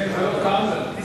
תצביע על שניהם